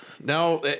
Now